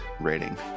rating